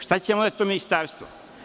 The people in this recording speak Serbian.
Šta će nam onda to ministarstvo?